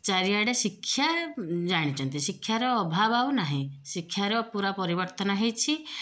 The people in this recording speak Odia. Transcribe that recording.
ଚାରିଆଡ଼େ ଶିକ୍ଷା ଜାଣିଛନ୍ତି ଶିକ୍ଷାର ଅଭାବ ଆଉ ନାହିଁ ଶିକ୍ଷାର ପୁରା ପରିବର୍ତ୍ତନ ହେଇଛି